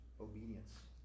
obedience